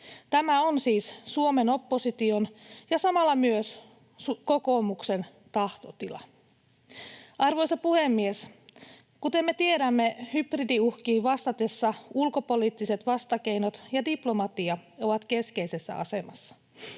Tämä on siis Suomen opposition ja samalla myös kokoomuksen tahtotila. Arvoisa puhemies! Kuten me tiedämme, hybridiuhkiin vastatessa ulkopoliittiset vastakeinot ja diplomatia ovat keskeisessä asemassa.